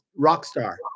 Rockstar